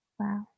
Wow